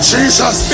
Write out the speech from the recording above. Jesus